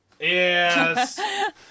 Yes